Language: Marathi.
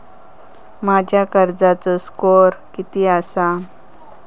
माझ्या कर्जाचो स्कोअर किती आसा?